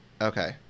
okay